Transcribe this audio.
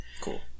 Cool